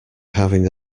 having